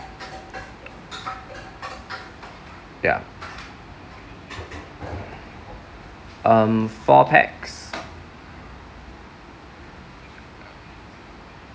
ya um four pax